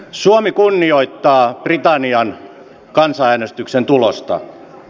suomi kunnioittaa britannian kansanäänestyksen tulosta